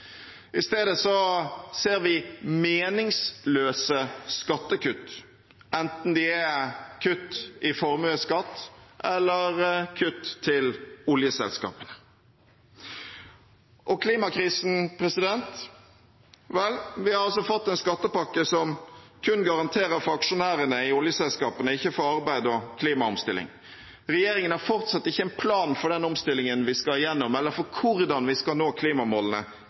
I stedet ser vi meningsløse skattekutt, enten det er kutt i formuesskatt eller kutt til oljeselskapene. Når det gjelder klimakrisen, har vi fått en skattepakke som kun garanterer for aksjonærene i oljeselskapene, ikke for arbeid og klimaomstilling. Regjeringen har fortsatt ikke en plan for den omstillingen vi skal igjennom, eller for hvordan vi skal nå klimamålene